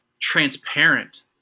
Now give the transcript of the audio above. transparent